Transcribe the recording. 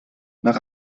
nach